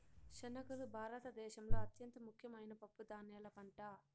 శనగలు భారత దేశంలో అత్యంత ముఖ్యమైన పప్పు ధాన్యాల పంట